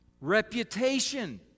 reputation